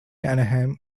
anaheim